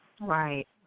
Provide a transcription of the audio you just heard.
Right